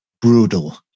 brutal